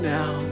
now